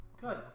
Good